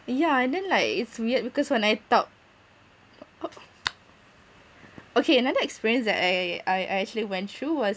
yeah and then like it's weird because when I talk okay another experience that I I I actually went through was